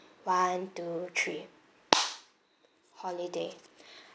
one two three holiday